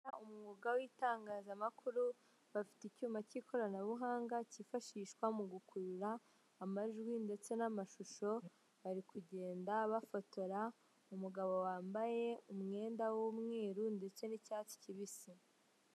Haba umwuga w'itangazamakuru bafite icyuma cy'ikoranabuhanga cyifashishwa mu gukurura amajwi ndetse n'amashusho bari kugenda bafotora umugabo wambaye umwenda w'umweru ndetse n'icyatsi kibisi.